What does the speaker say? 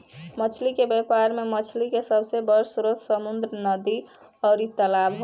मछली के व्यापार में मछरी के सबसे बड़ स्रोत समुंद्र, नदी अउरी तालाब हवे